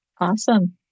Awesome